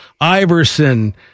Iverson